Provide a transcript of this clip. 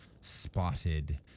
spotted